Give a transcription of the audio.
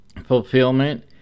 fulfillment